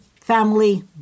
family